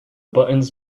buttons